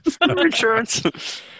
Insurance